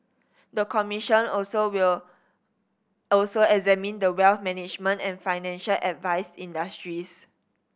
the commission also will also examine the wealth management and financial advice industries